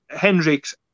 Hendricks